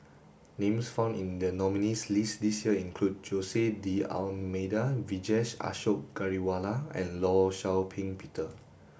names found in the nominees list this year include Jose D Almeida Vijesh Ashok Ghariwala and Law Shau Ping Peter